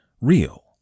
real